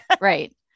Right